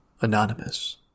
anonymous